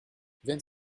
vingt